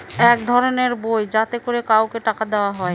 এক ধরনের বই যাতে করে কাউকে টাকা দেয়া হয়